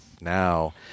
now